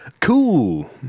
cool